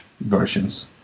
versions